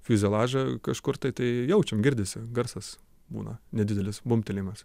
fiuzeliažą kažkur tai tai jaučiam girdisi garsas būna nedidelis bumbtelėjimas